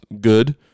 good